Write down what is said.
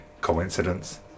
coincidence